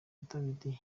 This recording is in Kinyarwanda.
dawidi